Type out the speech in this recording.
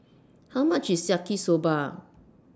How much IS Yaki Soba